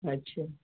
अच्छा